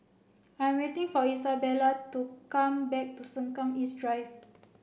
I'm waiting for Isabela to come back to Sengkang East Drive